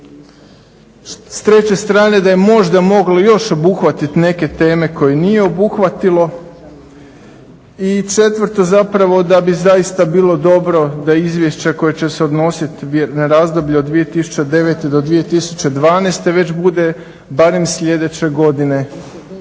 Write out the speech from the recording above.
s treće strane da je možda moglo još obuhvatiti neke teme koje nije obuhvatilo. I 4.da bi zaista bilo dobro da izvješća koja će se odnositi na razdoblje od 2009. do 2012. već bude barem sljedeće godine